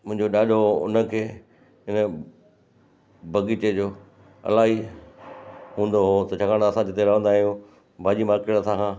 मुंहिंजो ॾाढो उनखे इन बगीचे जो इलाही हूंदो हो त चङा असां जिते रहंदा आहियूं भाॼी मार्केट असांखां